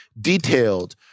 detailed